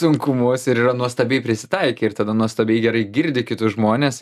sunkumus ir yra nuostabiai prisitaikę ir tada nuostabiai gerai girdi kitus žmones